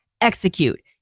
execute